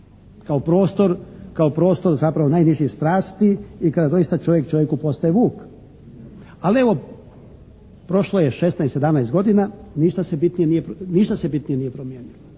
kao zla kob. Kao prostor zapravo najnižih strasti i kada doista čovjek čovjeku postaje vuk. Ali evo, prošlo je 16, 17 godina, ništa se bitnije nije promijenilo.